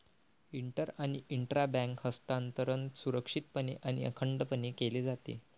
inter आणि intra bank हस्तांतरण सुरक्षितपणे आणि अखंडपणे केले जाते